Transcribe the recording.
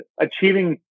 achieving